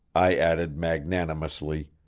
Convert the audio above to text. i added magnanimously,